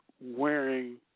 wearing